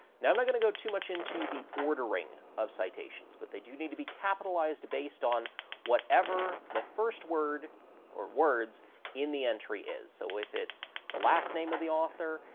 now, i'm not going to go too much into the ordering of citations, but they do need to be capitalized based on whatever the first word or words in the entry is. so, if it's the last name of the author,